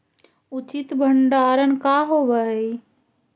उचित भंडारण का होव हइ?